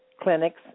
clinics